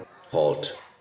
Halt